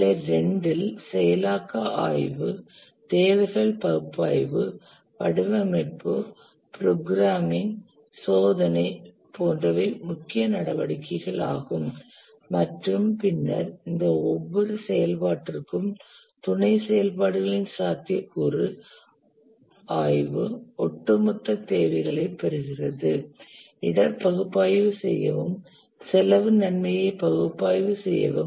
நிலை 2 இல் செயலாக்க ஆய்வு தேவைகள் பகுப்பாய்வு வடிவமைப்பு புரோகிராமிங் சோதனை போன்றவை முக்கிய நடவடிக்கைகள் ஆகும் மற்றும் பின்னர் இந்த ஒவ்வொரு செயல்பாட்டிற்கும் துணை செயல்பாடுகளின் சாத்தியக்கூறு ஆய்வு ஒட்டுமொத்த தேவைகளைப் பெறுகிறது இடர் பகுப்பாய்வு செய்யவும் செலவு நன்மையை பகுப்பாய்வு செய்யவும்